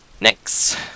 Next